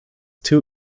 two